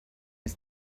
its